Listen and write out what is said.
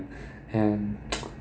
and